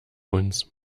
uns